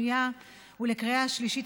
לקריאה שנייה ולקריאה שלישית,